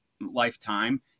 lifetime